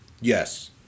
Yes